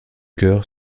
chœur